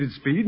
Speed